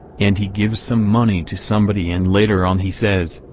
and he gives some money to somebody and later on he says,